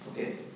Okay